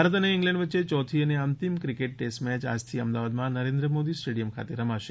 ભારત અને ઇંગ્લેન્ડ વચ્ચે ચોથી અને અંતિમ ક્રિકેટ ટેસ્ટમેચ આજથી અમદાવાદમાં નરેન્દ્ર મોદી સ્ટેડિયમ ખાતે રમાશે